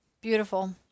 Beautiful